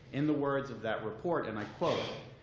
in the words of that report and i quote,